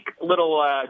little